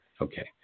Okay